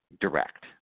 direct